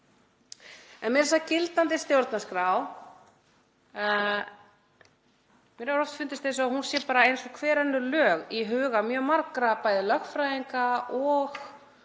að segja gildandi stjórnarskrá, mér hefur oft fundist eins og hún sé bara eins og hver önnur lög í huga mjög margra, bæði lögfræðinga og